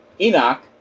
Enoch